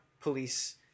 police